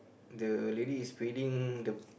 the lady is breeding the